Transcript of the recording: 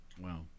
Wow